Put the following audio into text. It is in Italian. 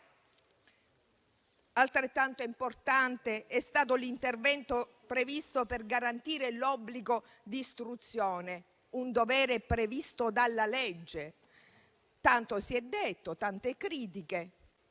Altrettanto importante è stato l'intervento previsto per garantire l'obbligo d'istruzione, un dovere previsto dalla legge. Tanto si è detto, tante critiche;